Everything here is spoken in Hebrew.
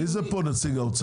איפה ההיגיון?